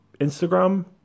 Instagram